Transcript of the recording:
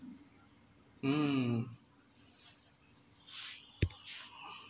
mm